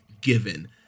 given